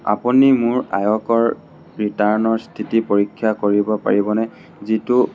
আপুনি মোৰ আয়কৰ ৰিটাৰ্ণৰ স্থিতি পৰীক্ষা কৰিব পাৰিবনে যিটো